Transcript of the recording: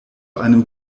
einem